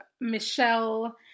Michelle